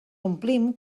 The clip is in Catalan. omplim